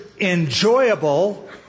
enjoyable